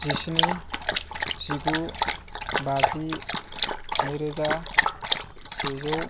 जिस्नि जिगु बाजि नैरोजा सेजौ